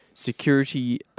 Security